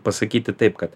pasakyti taip kad